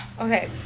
okay